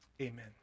Amen